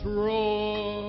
roar